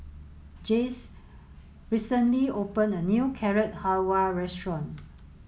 Jayce recently opened a new Carrot Halwa Restaurant